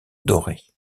doré